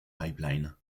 pipeline